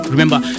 Remember